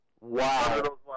Wow